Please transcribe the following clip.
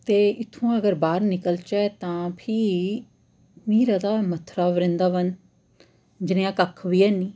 ते इत्थुआं अगर बाह्र निकलचै तां फ्ही मी लगदा मथरा व्रिंदावन जनेहा कक्ख बी हैनी